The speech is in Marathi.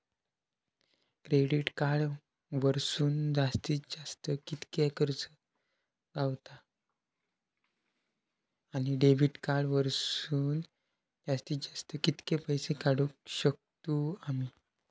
क्रेडिट कार्ड वरसून जास्तीत जास्त कितक्या कर्ज गावता, आणि डेबिट कार्ड वरसून जास्तीत जास्त कितके पैसे काढुक शकतू आम्ही?